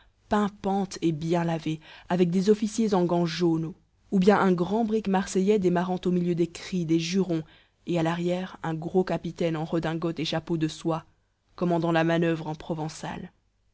pimpante et bien lavée avec des officiers en gants jaunes ou bien un grand brick marseillais démarrant au milieu des cris des jurons et à l'arrière un gros capitaine en redingote et chapeau de soie commandant la manoeuvre en provençal